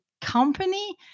company